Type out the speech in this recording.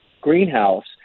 greenhouse